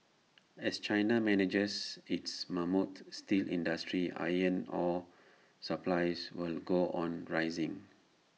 as China manages its mammoth steel industry iron ore supplies will go on rising